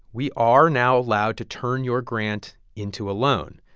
we are now allowed to turn your grant into a loan.